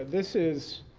this is,